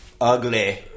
Ugly